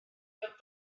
ddod